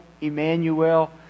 Emmanuel